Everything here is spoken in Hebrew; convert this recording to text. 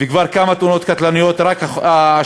והיו כבר כמה תאונות קטלניות רק השנה.